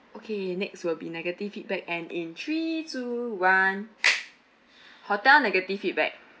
okay next will be negative feedback and in three two one hotel negative feedback